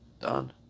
Done